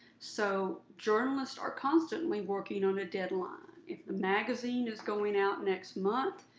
so journalists are constantly working on a deadline. if the magazine is going out next month,